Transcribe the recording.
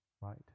right